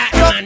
go